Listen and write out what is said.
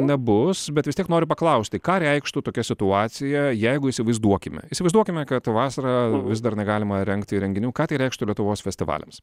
nebus bet vis tiek noriu paklausti ką reikštų tokia situacija jeigu įsivaizduokime įsivaizduokime kad vasarą vis dar negalima rengti renginių ką tai reikštų lietuvos festivaliams